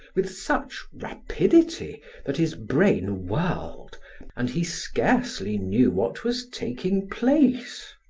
with such rapidity that his brain whirled and he scarcely knew what was taking place.